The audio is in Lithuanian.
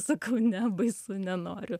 sakau ne baisu nenoriu